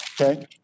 okay